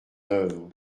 œuvre